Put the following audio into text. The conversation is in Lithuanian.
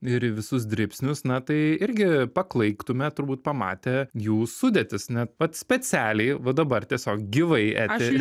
ir į visus dribsnius na tai irgi paklaiktume turbūt pamatę jų sudėtis net pats specialiai va dabar tiesiog gyvai etery